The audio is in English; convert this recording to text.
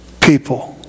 people